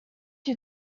you